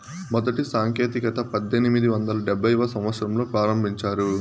మొదటి సాంకేతికత పద్దెనిమిది వందల డెబ్భైవ సంవచ్చరంలో ప్రారంభించారు